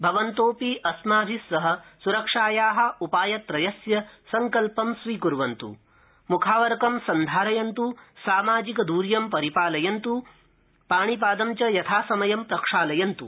भवन्तोऽपि अस्माभि सह सुरक्षाया उपायत्रयस्य सङ्कल्पं स्वीकुर्वन्तु मुखावरकं सन्धारयन्तु सामाजिकदौर्यं परिपालयन्तु पाणिपादं च यथासमयं प्रक्षालयन्तु